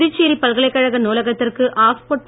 புதுச்சேரி பல்கலைக்கழக நூலகத்திற்கு ஆக்ஸ்போர்ட்